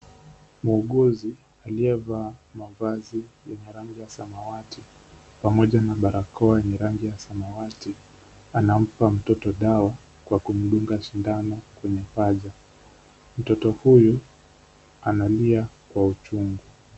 Muuguzi aliyevaa mavazi yenye rangi ya samawati pamoja na barakoa yenye rangi ya samawati anampa mtoto dawa kwa kumdunga sindano kwenye paja. Mtoto huyu analia kwa uchungu.